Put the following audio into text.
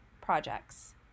projects